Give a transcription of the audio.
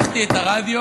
פתחתי את הרדיו,